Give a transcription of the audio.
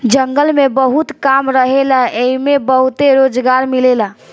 जंगल में बहुत काम रहेला एइमे बहुते रोजगार मिलेला